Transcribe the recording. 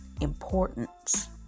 importance